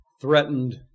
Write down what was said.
threatened